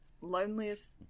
loneliest